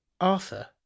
arthur